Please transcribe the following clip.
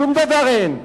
שום דבר אין.